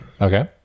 Okay